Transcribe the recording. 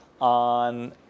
on